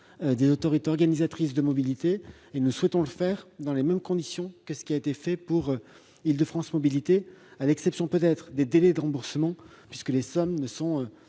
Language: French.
des autorités organisatrices de la mobilité. Nous souhaitons qu'il s'applique dans les mêmes conditions que pour Île-de-France Mobilités, à l'exception peut-être des délais de remboursement, puisque les sommes ne sont